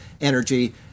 energy